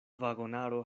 vagonaro